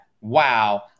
Wow